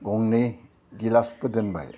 गंनै गिलासबो दोनबाय